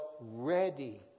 ready